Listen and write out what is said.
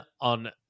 on